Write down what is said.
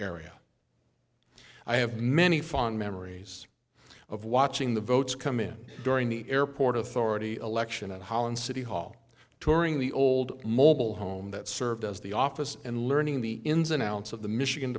area i have many fond memories of watching the votes come in during the airport authority election and holland city hall touring the old mobile home that served as the office and learning the ins and outs of the michigan